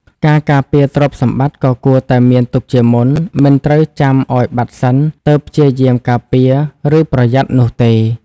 ការការពារទ្រព្យសម្បត្តិក៏គួរតែមានទុកជាមុន មិនត្រូវចាំឱ្យបាត់សិនទើបព្យាយាមការពារ ឬប្រយ័ត្ននោះទេ។